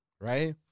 Right